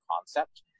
concept